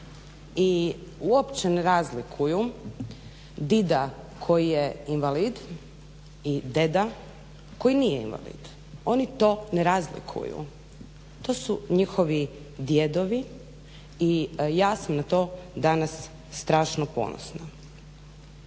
i uopće ne razlikuju dida koji je invalid i deda koji nije invalid. Oni to ne razlikuju. To su njihovi djedovi i ja sam na to strašno ponosna.